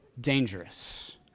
dangerous